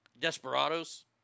Desperados